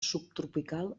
subtropical